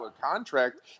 contract